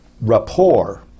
rapport